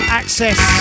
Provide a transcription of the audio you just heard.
access